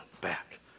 back